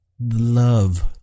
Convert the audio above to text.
love